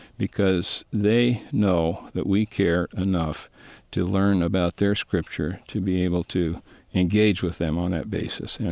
because they know that we care enough to learn about their scripture to be able to engage with them on that basis, and